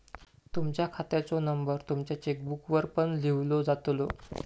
तुमच्या खात्याचो नंबर तुमच्या चेकबुकवर पण लिव्हलो जातलो